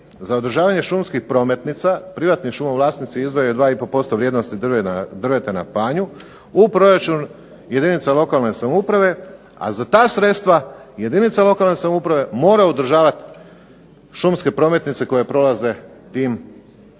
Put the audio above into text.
za održavanje šumskih prometnica, privatnici šumovlasnici izdvajaju 2 i pol posto vrijednosti drveta na panju, u proračun jedinica lokalne samouprave, a za ta sredstva jedinica lokalne samouprave mora održavati šumske prometnice koje prolaze tim šumama.